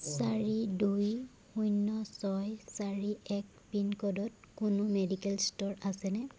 চাৰি দুই শূণ্য ছয় চাৰি এক পিনক'ডত কোনো মেডিকেল ষ্ট'ৰ আছেনে